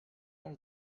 are